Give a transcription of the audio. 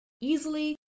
easily